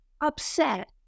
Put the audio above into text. upset